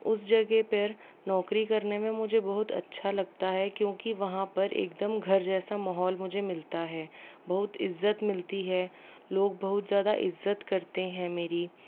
उस जगह फिर नौकरी करने में मुझे बहुत अच्छा लगता है क्योंकि वहाँ पर एकदम घर जैसा माहौल मुझे मिलता है बहुत इज़्ज़त मिलती है लोग बहुत ज़्यादा इज़्ज़त करते है मेरी